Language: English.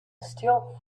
steel